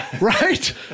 right